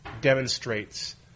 demonstrates